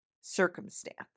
circumstance